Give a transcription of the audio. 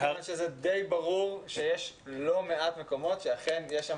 כי זה די ברור שיש לא מעט מקומות שאכן יש,